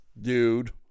dude